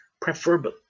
preferably